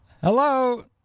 Hello